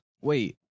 Wait